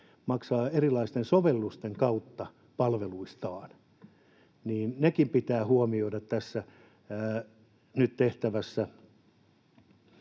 maksavat erilaisten sovellusten kautta palveluistaan, niin nekin pitää huomioida tässä nyt tehtävässä